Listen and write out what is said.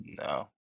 No